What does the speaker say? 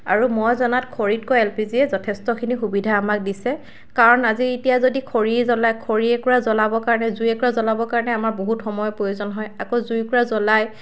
আৰু মই জনাত খৰিতকৈ এল পি জি য়ে যথেষ্টখিনি সুবিধা আমাক দিছে কাৰণ এতিয়া যদি খৰি জ্বলায় খৰি একুৰা জ্বলাবৰ কাৰণে জুই একুৰা জ্বলাবৰ কাৰণে আমাৰ বহুত সময় প্ৰয়োজন হয় আকৌ জুই একুৰা জ্বলাই